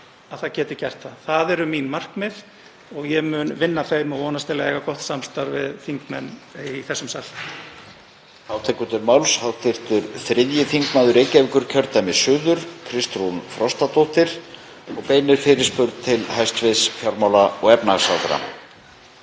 til geti gert það. Það eru mín markmið og ég mun vinna að þeim og vonast til að eiga gott samstarf við þingmenn í þessum sal.